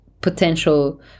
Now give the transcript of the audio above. potential